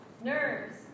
nerves